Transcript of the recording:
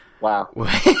wow